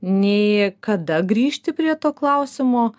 nei kada grįžti prie to klausimo